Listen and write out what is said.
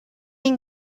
den